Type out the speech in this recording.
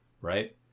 right